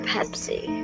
Pepsi